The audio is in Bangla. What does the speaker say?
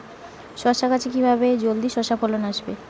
শশা গাছে কিভাবে জলদি শশা ফলন আসবে?